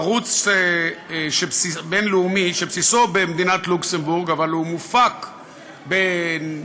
ערוץ בין-לאומי שבסיסו במדינת לוקסמבורג אבל הוא מופק בישראל,